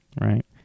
Right